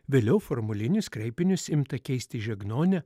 vėliau formulinius kreipinius imta keisti žegnone